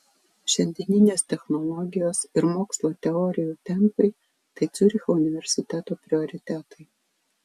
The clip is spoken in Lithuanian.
šiandieninės technologijos ir mokslo teorijų tempai tai ciuricho universiteto prioritetai